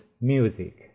music